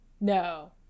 No